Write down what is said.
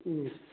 ꯎꯝ